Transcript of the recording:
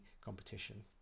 competition